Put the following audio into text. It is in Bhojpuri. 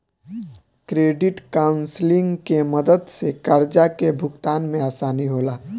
क्रेडिट काउंसलिंग के मदद से कर्जा के भुगतान में आसानी होला